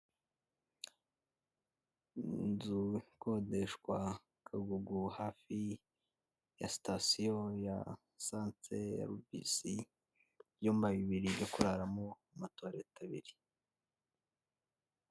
Inzu ikodeshwa i Kagugu hafi ya stasiyo ya santere ya Rubisi, ibyumba bibiri byo kuraramo na amatuwarete abiri.